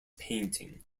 painting